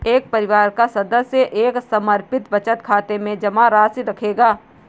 एक परिवार का सदस्य एक समर्पित बचत खाते में जमा राशि रखेगा